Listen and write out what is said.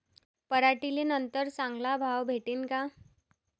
पराटीले नंतर चांगला भाव भेटीन का?